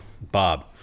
Bob